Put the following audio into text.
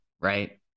right